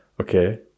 okay